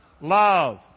Love